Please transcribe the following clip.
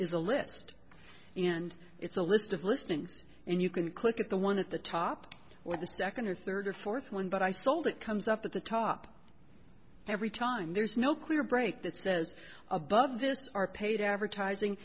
is a list and it's a list of listeners and you can click at the one at the top or the second or third or fourth one but i sold it comes up at the top every time there's no clear break that says above this are paid advertising